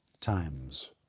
times